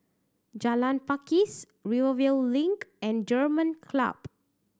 Jalan Pakis Rivervale Link and German Club